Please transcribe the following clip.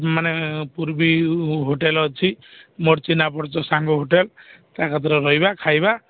ମାନେ ପୁରବି ହୋଟେଲ ଅଛି ମୋର ଚିହ୍ନା ପରିଚୟ ସାଙ୍ଗ ହୋଟେଲ ତା'କତିର ରହିବା ଖାଇବା